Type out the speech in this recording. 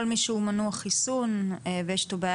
כל מי שהוא מנוע חיסון ויש לו בעיה